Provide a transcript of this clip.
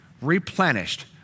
replenished